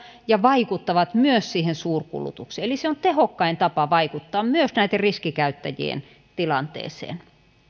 ja vaikuttavat myös siihen suurkulutukseen eli se on tehokkain tapa vaikuttaa myös näitten riskikäyttäjien tilanteeseen